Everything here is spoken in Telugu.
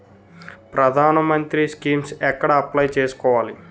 ప్రధాన మంత్రి స్కీమ్స్ ఎక్కడ అప్లయ్ చేసుకోవాలి?